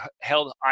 held